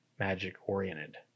magic-oriented